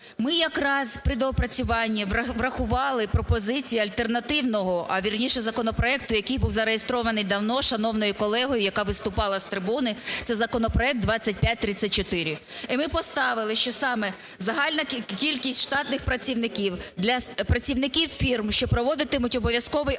Ми якраз при доопрацюванні врахували пропозиції альтернативного, а, вірніше, законопроекту, який був зареєстрований давно шановною колегою, яка виступала з трибуни. Це законопроект 2534. І ми поставили, що саме загальна кількість штатних працівників, працівників фірм, що проводитимуть обов'язковий аудит,